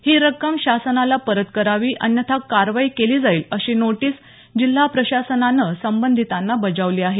ही रक्कम शासनाला परत करावी अन्यथा कारवाई केली जाईल अशी नोटीस जिल्हा प्रशासनान संबंधीतांना बजावली आहे